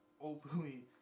openly